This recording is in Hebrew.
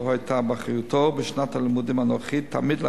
היתה באחריותו בשנת הלימודים הנוכחית תעמיד,